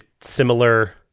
similar